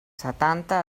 setanta